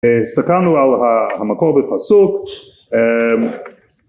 הסתכלנו על המקור בפסוק